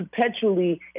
perpetually